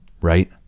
right